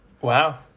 Wow